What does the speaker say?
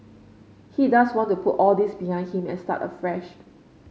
he does want to put all this behind him and start afresh